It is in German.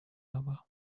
aber